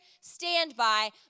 Standby